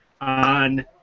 on